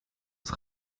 het